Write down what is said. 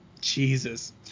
Jesus